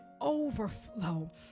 overflow